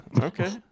Okay